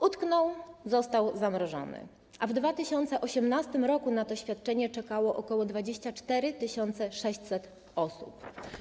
Utknął, został zamrożony, a w 2018 r. na to świadczenie czekało ok. 24 600 osób.